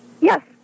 Yes